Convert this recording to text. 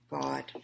God